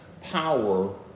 power